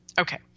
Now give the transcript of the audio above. Okay